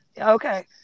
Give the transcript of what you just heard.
okay